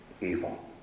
Evil